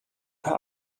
per